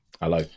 Hello